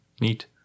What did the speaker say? neat